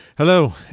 Hello